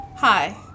Hi